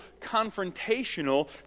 confrontational